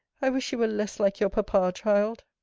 i wish you were less like your papa, child!